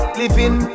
living